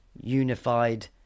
unified